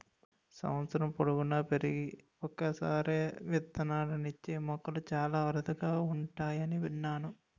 సంవత్సరం పొడువునా పెరిగి ఒక్కసారే విత్తనాలిచ్చే మొక్కలు చాలా అరుదుగా ఉంటాయని విన్నాను